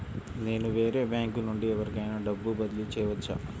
నేను వేరే బ్యాంకు నుండి ఎవరికైనా డబ్బు బదిలీ చేయవచ్చా?